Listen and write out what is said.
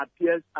appears